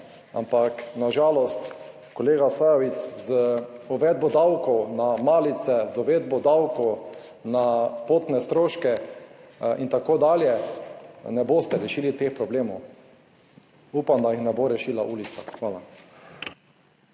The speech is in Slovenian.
ampak na žalost, kolega Sajovic, z uvedbo davkov na malice, z uvedbo davkov na potne stroške in tako dalje, ne boste rešili teh problemov. Upam, da jih ne bo rešila ulica. Hvala.